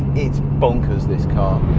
it's bonkers, this car.